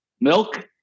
Milk